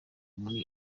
muri